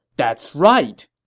that's right!